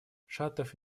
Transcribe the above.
шатов